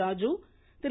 Raju Thiru